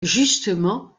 justement